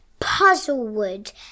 Puzzlewood